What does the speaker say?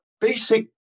basic